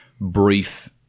brief